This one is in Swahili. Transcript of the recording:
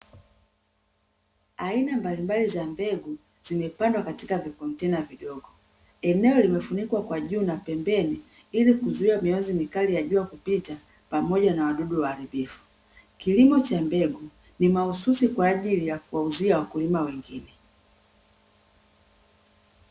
Aina mbalimbali za mbegu zimepandwa katika vikontena vidogo, eneo limefunikwa kwa juu na pembeni ili kuzuia mionzi mikali ya jua kupita, pamoja na wadudu waharibifu. Kilimo cha mbegu ni mahususi kwa ajili ya kuwauzia wakulima wengine.